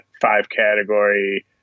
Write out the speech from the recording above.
five-category